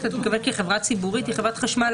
שאתה מתכוון כחברה ציבורית היא חברת חשמל,